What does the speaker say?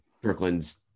Brooklyn's